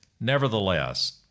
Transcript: Nevertheless